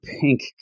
pink